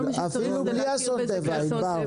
כל מה שצריך זה להכיר בזה כאסון טבע.